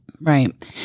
right